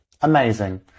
amazing